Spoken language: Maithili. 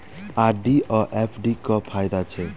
आर.डी आ एफ.डी क की फायदा छै?